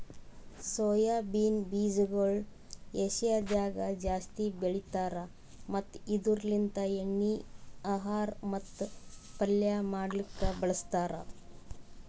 soya beans ಬೀಜಗೊಳ್ ಏಷ್ಯಾದಾಗ್ ಜಾಸ್ತಿ ಬೆಳಿತಾರ್ ಮತ್ತ ಇದುರ್ ಲಿಂತ್ ಎಣ್ಣಿ, ಆಹಾರ ಮತ್ತ ಪಲ್ಯ ಮಾಡ್ಲುಕ್ ಬಳಸ್ತಾರ್